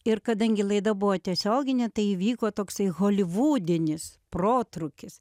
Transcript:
ir kadangi laida buvo tiesioginė tai įvyko toksai holivudinis protrūkis